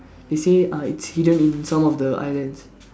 they say uh it's hidden in some of the islands